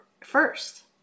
first